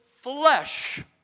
flesh